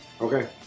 okay